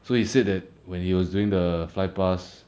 so he said that when he was doing the flypast